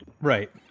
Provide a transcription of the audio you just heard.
right